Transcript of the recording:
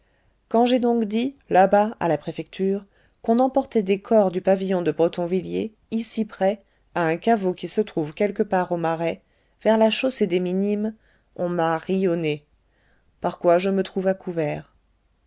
quand j'ai donc dit là-bas à la préfecture qu'on emportait des corps du pavillon de bretonvilliers ici près à un caveau qui se trouve quelque part au marais vers la chaussée des minimes on m'a ri au nez par quoi je me trouve à couvert